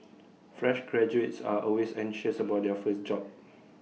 fresh graduates are always anxious about their first job